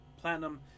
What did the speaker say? Platinum